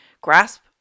grasp